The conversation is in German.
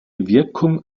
wirkung